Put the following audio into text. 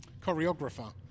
choreographer